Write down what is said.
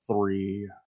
three